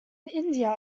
india